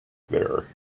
there